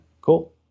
Cool